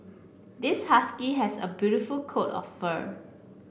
this husky has a beautiful coat of fur